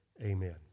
Amen